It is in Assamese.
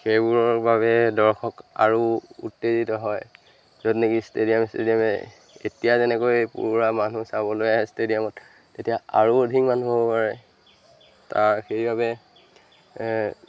সেইবোৰৰ বাবে দৰ্শক আৰু উত্তেজিত হয় য'ত নেকি ষ্টেডিয়ামে ষ্টেডিয়ামে এতিয়া যেনেকৈ পুৰা মানুহ চাবলৈ আহে ষ্টেডিয়ামত তেতিয়া আৰু অধিক মানুহ হ'ব পাৰে তাৰ সেইবাবে